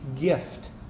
gift